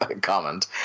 comment